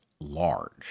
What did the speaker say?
large